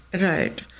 Right